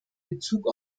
bezug